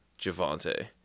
Javante